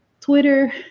Twitter